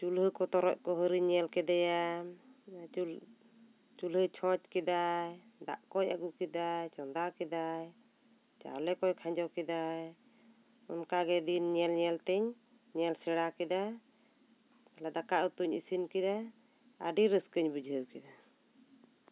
ᱪᱩᱞᱦᱟᱹ ᱠᱚ ᱛᱚᱨᱚᱡ ᱠᱚ ᱦᱟᱹᱨᱤᱧ ᱧᱮᱞ ᱠᱮᱫᱮᱭᱟ ᱪᱩᱞᱦᱟᱹᱭ ᱪᱷᱚᱸᱪ ᱠᱮᱫᱟᱭ ᱫᱟᱜ ᱠᱚᱭ ᱟᱹᱜᱩ ᱠᱮᱫᱟᱭ ᱪᱚᱸᱫᱟ ᱠᱮᱫᱟᱭ ᱪᱟᱣᱞᱮ ᱠᱚᱭ ᱠᱷᱟᱸᱡᱚ ᱠᱮᱫᱟ ᱚᱱᱠᱟ ᱜᱮ ᱫᱤᱱ ᱧᱮᱞ ᱧᱮᱞ ᱛᱤᱧ ᱧᱮᱞ ᱥᱮᱬᱟ ᱠᱮᱫᱟ ᱫᱟᱠᱟ ᱩᱛᱩᱧ ᱤᱥᱤᱱ ᱠᱮᱫᱟ ᱟᱹᱰᱤ ᱨᱟᱹᱥᱠᱟᱹᱧ ᱵᱩᱡᱷᱟᱹᱣ ᱠᱮᱫᱟ